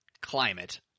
climate